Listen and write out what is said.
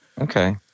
Okay